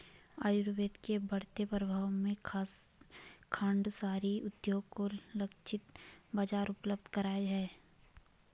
आयुर्वेद के बढ़ते प्रभाव ने खांडसारी उद्योग को लक्षित बाजार उपलब्ध कराया है